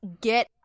get